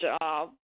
job